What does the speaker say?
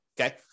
okay